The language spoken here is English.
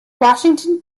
washington